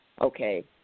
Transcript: okay